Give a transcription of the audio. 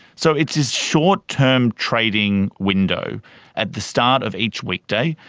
so it's this short term trading window at the start of each week day,